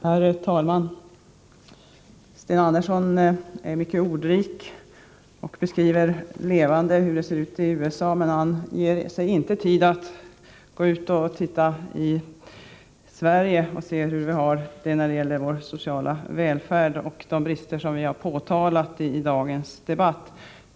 Herr talman! Sten Andersson är mycket ordrik och beskriver levande hur det ser ut i USA, men han ger sig inte tid att gå ut och titta i Sverige och se hur vi har det när det gäller vår sociala välfärd och när det gäller de brister som vi påtalat i dagens debatt.